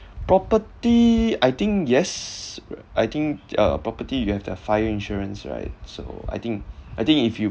property I think yes I think uh property you have that fire insurance right so I think I think if you